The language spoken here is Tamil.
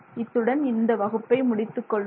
இத்துடன் இன்றைய இந்த வகுப்பை முடித்துக் கொள்வோம்